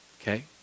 Okay